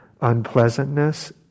unpleasantness